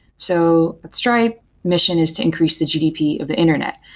so stripe mission is to increase the gdp of the internet.